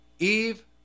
Eve